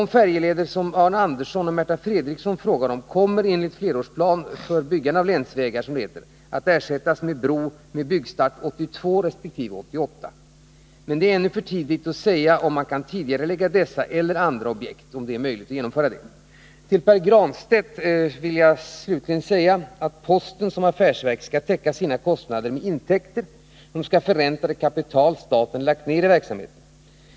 De färjeleder som Arne Andersson och Märta Fredrikson frågar om kommer enligt flerårsplan för byggande av länsvägar att ersättas med broförbindelse med byggstart år 1982 resp. 1988. Det är ännu för tidigt att säga om någon tidigareläggning av dessa eller andra objekt är möjlig att genomföra. Till Pär Granstedt vill jag slutligen säga att postverket som affärsverk skall täcka sina kostnader med intäkter och förränta det kapital som staten lagt ned i verksamheten.